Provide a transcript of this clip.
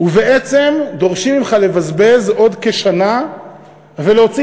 ובעצם דורשים ממך לבזבז עוד כשנה ולהוציא